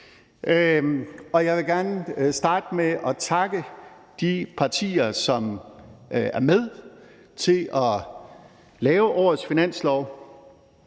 jeg vil gerne starte med at takke de partier, som er med til at lave årets finanslov.